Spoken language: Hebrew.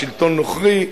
לשלטון נוכרי,